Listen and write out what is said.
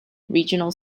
regional